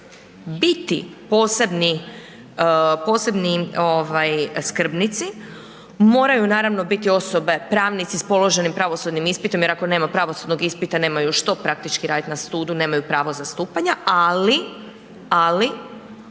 biti posebni skrbnici moraju naravno biti osobe pravnici s položenim pravosudnim ispitom jer ako nema pravosudnog ispita nemaju što praktički raditi na sudu, nemaju pravo zastupanja, ali,